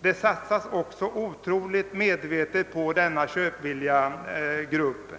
Det satsas också otroligt medvetet på denna köpvilliga grupp.